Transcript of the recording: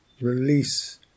release